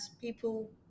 people